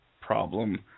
problem